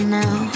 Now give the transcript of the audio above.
now